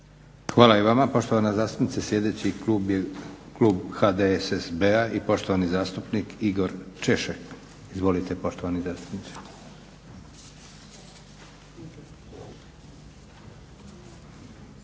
Hvala i vama poštovana zastupnice. Sljedeći klub je klub HDSSB-a i poštovani zastupnik Igor Češek. Izvolite poštovani zastupniče.